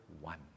one